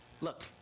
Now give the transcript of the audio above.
Look